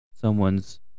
someone's